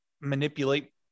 manipulate